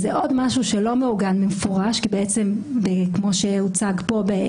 זה עוד משהו שלא מעוגן במפורש כמו שהוצג כאן.